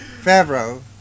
Favreau